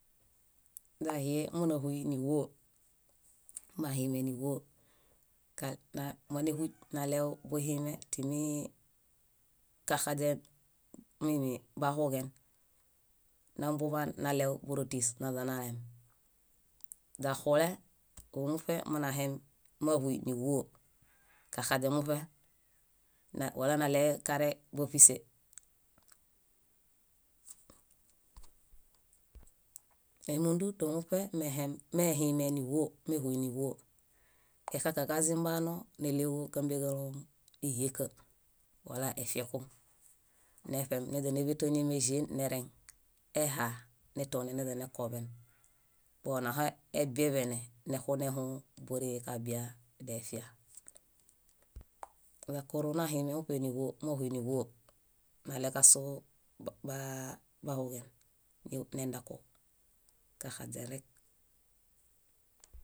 Źahie mínahuy níĥuo, mahime níĥuo. Ka- na- mánahuy naɭew buhime timii kaxaźen bahuġen naḃaan naɭew bórotis naźanalem. Źaxule óo muṗe minahem mínahuy níĥuo, kaxaźen muṗe, wala naɭekare báṗise. Énoo dũto muṗe mehem mehiime níĥuo méhuy níĥuo. Exaka kazimbanoo néɭeġuġambeġalom íhieka wala efieku. Neṗem naźa néḃe toañameĵien nereŋ. Eĥa netonen naźanekoḃen boonaho ebieḃene nexunehũu bóree kabia defia. Yakuru mahime muṗe níĥuo, máhuy níĥuo, naɭeġasuu baa- bahuġen, nendaku, kaxaźerek.